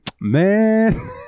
man